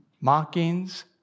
Mockings